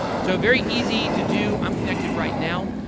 so very easy to do. i'm connected right now.